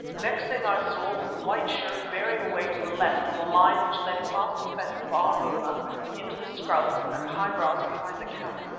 the next thing i saw was the white shirt bearing away to the left on a line which led past the fence of our boma into the scrub and high grass behind the camp.